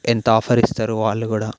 ఎంత ఆఫర్ ఇస్తారు వాళ్లు కూడా